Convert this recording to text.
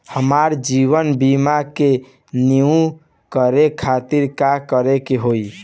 हमार जीवन बीमा के रिन्यू करे खातिर का करे के होई?